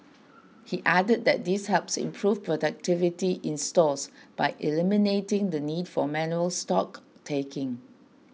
he added that this helps improve productivity in stores by eliminating the need for manual stock taking